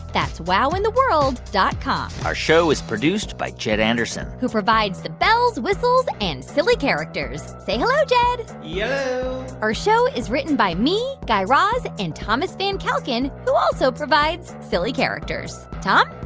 that's wowintheworld dot com our show is produced by jed anderson who provides the bells, whistles and silly characters. say hello, jed yello yeah our show is written by me, guy raz, and thomas van kalken, who also provides silly characters. tom?